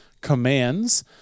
commands